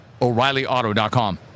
O'ReillyAuto.com